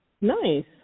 Nice